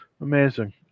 Amazing